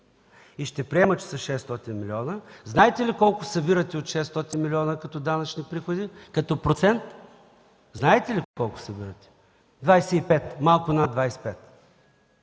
и ще приема, че са 600 милиона. Знаете ли колко събирате от 600 милиона като данъчни приходи като процент? Знаете ли колко събирате?! Малко над 25.